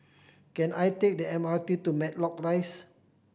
can I take the M R T to Matlock Rise